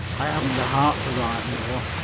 i haven't the heart to write more.